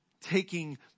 taking